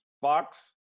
Fox